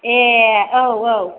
ए औ औ